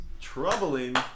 troubling